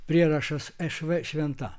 prierašas eš v šventa